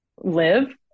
live